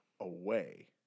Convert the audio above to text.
away